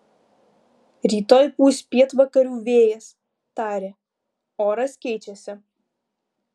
rytoj pūs pietvakarių vėjas tarė oras keičiasi